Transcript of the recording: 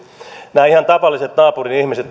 nämä ihan tavalliset naapurin ihmiset